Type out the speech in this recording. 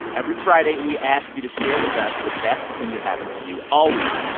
every friday, we ask you to share with us the best thing that happened to you all week.